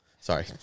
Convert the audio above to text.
Sorry